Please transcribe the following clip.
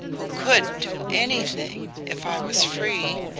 who could do anything. if i was free.